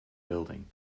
building